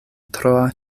troa